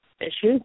issues